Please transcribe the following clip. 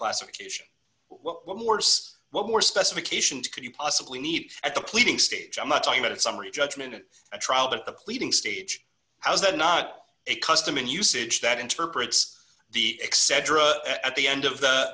classification what morse what more specifications could you possibly need at the pleading stage i'm not talking about a summary judgment of a trial but the pleading stage how is that not a custom and usage that interprets the excedrin at the end of the